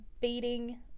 Beating